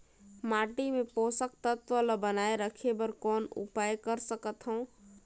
माटी मे पोषक तत्व ल बनाय राखे बर कौन उपाय कर सकथव?